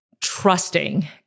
trusting